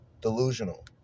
delusional